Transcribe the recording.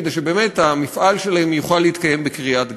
כדי שבאמת המפעל שלהם יוכל להתקיים בקריית-גת.